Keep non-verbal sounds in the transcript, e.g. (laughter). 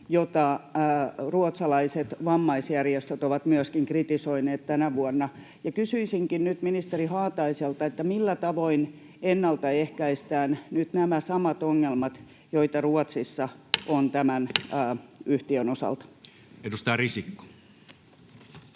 jota ruotsalaiset vammaisjärjestöt ovat myöskin kritisoineet tänä vuonna. Kysyisinkin ministeri Haataiselta: millä tavoin ennaltaehkäistään nyt nämä samat ongelmat, joita Ruotsissa on (noise) tämän yhtiön osalta? Edustaja Risikko.